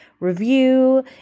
review